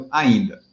ainda